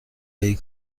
هایی